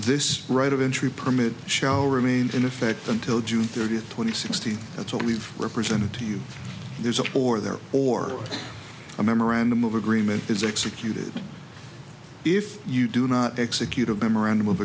this right of entry permit shall remain in effect until june thirtieth twenty sixty that's what we've represented to you there's a or there or a memorandum of agreement is executed if you do not execute a memorandum of